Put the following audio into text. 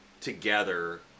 together